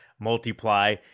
multiply